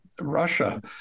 Russia